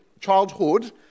childhood